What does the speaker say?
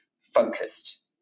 focused